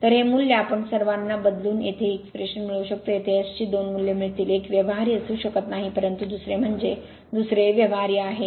तर हे मूल्य आम्ही सर्वांना बदलून येथे ही एक्स्प्रेशन मिळवू शकतो येथे S ची दोन मूल्ये मिळतील एक व्यवहार्य असू शकत नाही परंतु दुसरे म्हणजे दुसरे व्यवहार्य आहे